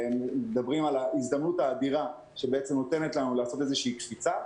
הוא הזדמנות אדירה שנותנת לנו לעשות איזושהי קפיצה.